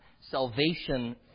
salvation